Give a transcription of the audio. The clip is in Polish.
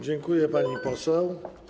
Dziękuję, pani poseł.